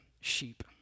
sheep